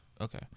Okay